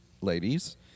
ladies